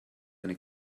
eine